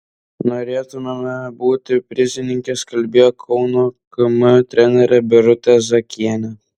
norėtumėme būti prizininkės kalbėjo kauno km trenerė birutė zakienė